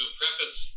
preface